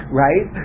right